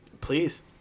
Please